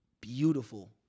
beautiful